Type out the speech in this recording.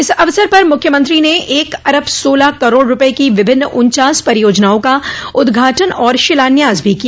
इस अवसर पर मुख्यमंत्री ने एक अरब सोलह करोड़ रूपये की विभिन्न उन्चास परियोजनाओं का उद्घाटन और शिलान्यास भी किया